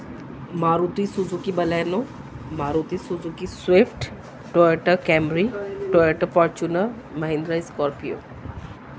Maruti Suzuki Baleno Maruti Suzuki Swift Toyota Camry Toyota Fortuner Mahindra Scorpio